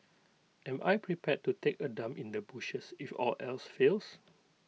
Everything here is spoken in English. am I prepare to take A dump in the bushes if all else fails